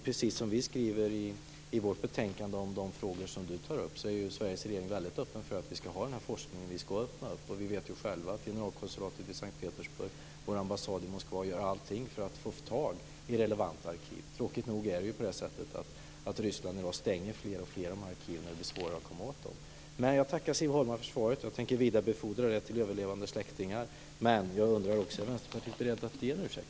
Precis som vi skriver i vårt betänkande om de frågor som Siv Holma tar upp är Sveriges regering väldigt öppen för att vi ska ha den här forskningen. Vi ska öppna. Vi vet själva att generalkonsulatet i S:t Petersburg och vår ambassad i Moskva gör allt för att få tag i relevanta arkiv. Tråkigt nog är det på det sättet att Ryssland i dag stänger fler och fler av de här arkiven. Det blir svårare att komma åt dem. Men jag tackar Siv Holma för svaret. Jag tänker vidarebefordra det till överlevande släktingar. Men jag undrar också: Är Vänsterpartiet berett att ge en ursäkt?